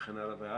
וכן הלאה.